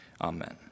Amen